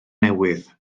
newydd